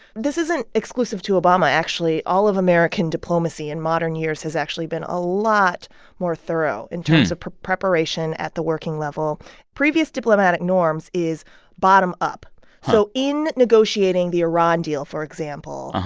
this isn't exclusive to obama, actually. all of american diplomacy, in modern years, has actually been a lot more thorough in terms of preparation at the working level previous diplomatic norms is bottom-up. so in negotiating the iran deal, for example,